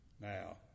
Now